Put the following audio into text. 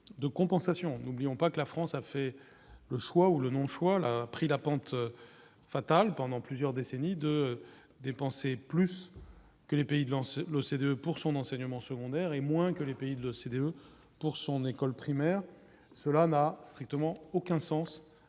de compensation n'oublions pas que la France a fait le choix ou le non-choix là pris la pente fatale pendant plusieurs décennies de dépenser plus que les pays de lancer l'OCDE pour son enseignement secondaire et moins que les pays de l'OCDE pour son école primaire, cela n'a strictement aucun sens